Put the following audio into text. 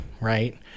right